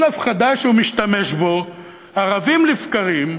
הפחדה שהוא משתמש בו ערבים לבקרים,